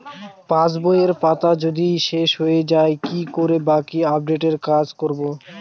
পাসবইয়ের পাতা যদি শেষ হয়ে য়ায় কি করে বাকী আপডেটের কাজ করব?